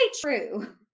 true